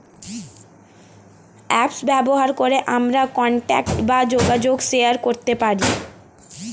apps ব্যবহার করে আমরা কন্টাক্ট বা যোগাযোগ শেয়ার করতে পারি